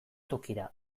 tokira